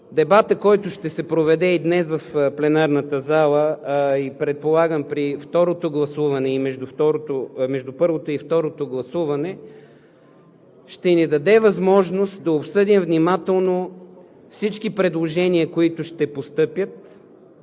дебатът, който ще се проведе и днес в пленарната зала, предполагам между първото и второто гласуване и при второто гласуване, ще ни даде възможност да обсъдим внимателно всички предложения, които ще постъпят.